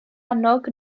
annog